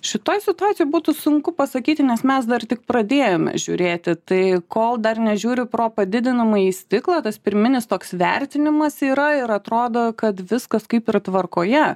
šitoj situacijoj būtų sunku pasakyti nes mes dar tik pradėjome žiūrėti tai kol dar nežiūriu pro padidinamąjį stiklą tas pirminis toks vertinimas yra ir atrodo kad viskas kaip yra tvarkoje